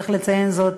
צריך לציין זאת,